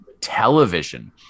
television